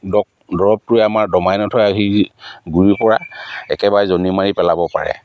দৰৱটোৱে আমাৰ দমাই নথৈ আহি যি গুৰিৰপৰা একেবাৰে জনি মাৰি পেলাব পাৰে